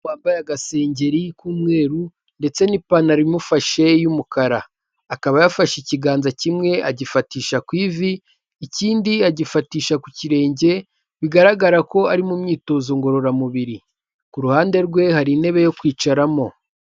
Umugabo wambaye agasengeri k'umweru ndetse n'ipantaro imufashe y'umukara akaba yafashe ikiganza kimwe agifatisha ku ivi, ikindi agifatisha ku kirenge bigaragara ko ari mu myitozo ngororamubiri ku ruhande rwe hari intebe yo kwicaramo.